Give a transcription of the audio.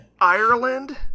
ireland